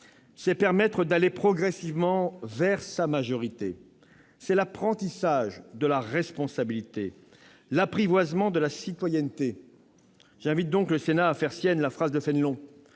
leur permettre d'aller progressivement vers leur majorité. C'est l'apprentissage de la responsabilité, l'apprivoisement de la citoyenneté. J'invite donc le Sénat à faire sienne la phrase de Fénelon